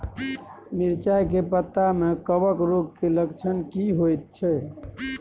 मिर्चाय के पत्ता में कवक रोग के लक्षण की होयत छै?